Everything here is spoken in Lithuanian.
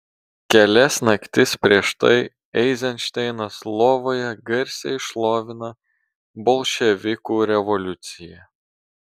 kelias naktis prieš tai eizenšteinas lovoje garsiai šlovina bolševikų revoliuciją